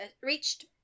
reached